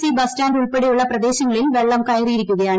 C ബസ്റ്റാന്റ ഉൾപ്പെടെയുള്ള പ്രദേശങ്ങളിൽ വെളളം കയറിയിരിക്കുകയാണ്